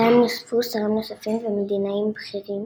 להם נוספו שרים נוספים ומדינאים בכירים